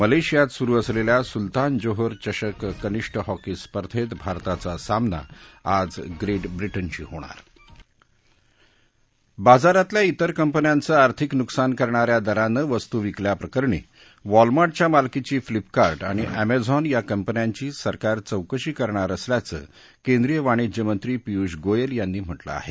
मलेशियात सुरु असलेल्या सुलतान जोहर चषक कनिष्ठ हॉकी स्पर्धेत भारताचा सामना आज ग्रेट ब्रिटनशी होणार बाजारातल्या विर कंपन्यांचं आर्थिक नुकसान करणाऱ्या दरानं वस्तू विकल्या प्रकरणी वॉलमार्टच्या मालकीची फ्लिपकार्ट आणि अस्क्रॉन या कंपन्यांची सरकार चौकशी करणार असल्याचं केंद्रिय वाणिज्य मंत्री पियुष गोयल यांनी म्हटलं आहे